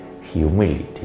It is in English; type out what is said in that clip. humility